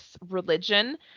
religion